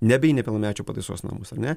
nebe į nepilnamečių pataisos namus ar ne